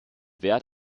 wert